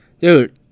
dude